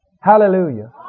Hallelujah